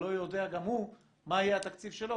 לא יודע גם הוא מה יהיה התקציב שלו,